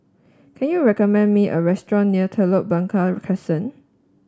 can you recommend me a restaurant near Telok Blangah Crescent